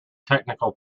technical